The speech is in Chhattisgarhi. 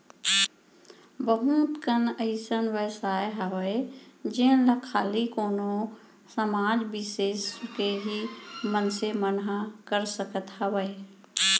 बहुत कन अइसन बेवसाय हावय जेन ला खाली कोनो समाज बिसेस के ही मनसे मन ह कर सकत हावय